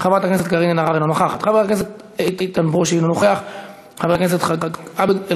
חבר הכנסת מאיר כהן,